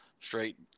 straight